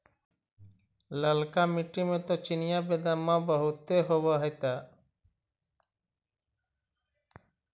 ललका मिट्टी मे तो चिनिआबेदमां बहुते होब होतय?